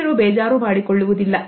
ಪುರುಷರು ಬೇಜಾರು ಮಾಡಿಕೊಳ್ಳುವುದಿಲ್ಲ